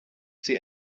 sie